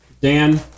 Dan